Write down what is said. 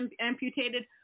amputated